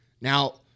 Now